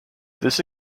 this